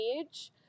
age